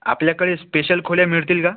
आपल्याकडे स्पेशल खोल्या मिळतील का